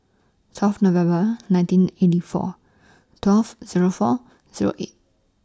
twelve November nineteen eighty four twelve Zero four Zero eight